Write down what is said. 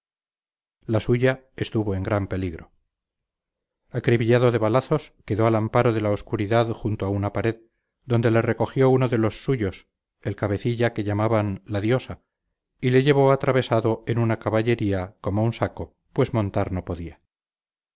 la suya estuvo en gran peligro acribillado de balazos quedó al amparo de la obscuridad junto a una pared donde le recogió uno de los suyos el cabecilla que llamaban la diosa y le llevó atravesado en una caballería como un saco pues montar no podía